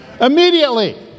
immediately